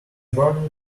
morning